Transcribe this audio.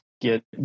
get